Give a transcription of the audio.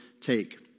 take